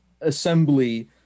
assembly